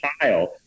child